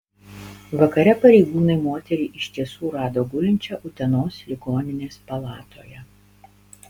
vakare pareigūnai moterį iš tiesų rado gulinčią utenos ligoninės palatoje